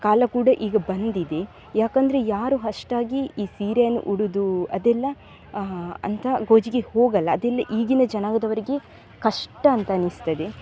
ಕಾಲ ಕೂಡ ಈಗ ಬಂದಿದೆ ಯಾಕಂದರೆ ಯಾರೂ ಅಷ್ಟಾಗಿ ಈ ಸೀರೆಯನ್ನು ಉಡುವುದೂ ಅದೆಲ್ಲ ಅಂಥ ಗೋಜಿಗೆ ಹೋಗಲ್ಲ ಅದೆಲ್ಲ ಈಗಿನ ಜನಾಂಗದವರಿಗೆ ಕಷ್ಟ ಅಂತ ಅನಿಸ್ತದೆ